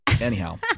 anyhow